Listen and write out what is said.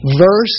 verse